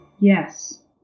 Yes